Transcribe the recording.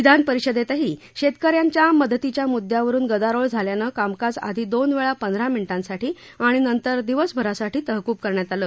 विधान परिषदेतही शेतकऱ्यांना मदतीच्या मुद्यावरून गदारोळ झाल्यानं कामकाज आधी दोन वेळा पंधरा मिनिटांसाठी आणि नंतर दिवसभरासाठी तहकूब करण्यात आलं